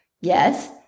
yes